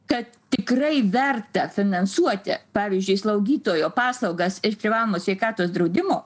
kad tikrai verta finansuoti pavyzdžiui slaugytojo paslaugas iš privalomo sveikatos draudimo